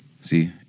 see